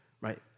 right